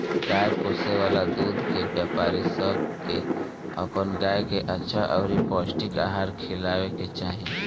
गाय पोसे वाला दूध के व्यापारी सब के अपन गाय के अच्छा अउरी पौष्टिक आहार खिलावे के चाही